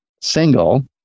single